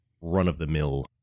run-of-the-mill